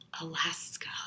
Alaska